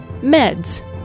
meds